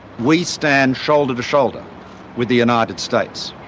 we stand shoulder to shoulder with the united states.